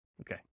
Okay